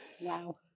Wow